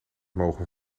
mogen